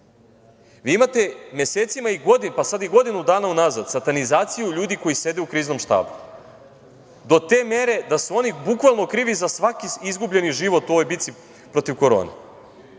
imate mesecima, pa sad i godinu dana unazad satanizaciju ljudi koji sede u kriznom štabu do te mere da su oni bukvalno krivi za svaki izgubljeni život u ovoj bici protiv korone.